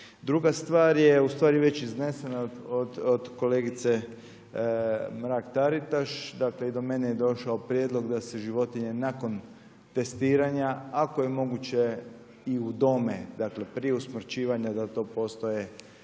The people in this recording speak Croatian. Druga stvar je u stvari već iznesena od kolegice Mrak Taritaš, dakle i do mene je došao prijedlog da se životinje nakon testiranja ako je moguće i udome, dakle prije usmrćivanja da li to postoji